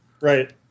Right